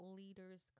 leaders